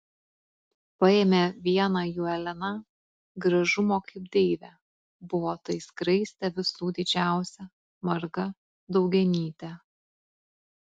paėmė vieną jų elena gražumo kaip deivė buvo tai skraistė visų didžiausia marga daugianytė